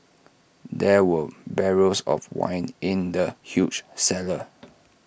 there were barrels of wine in the huge cellar